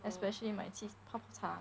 especially my cheese pop 茶